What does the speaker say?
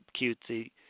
cutesy